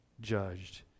judged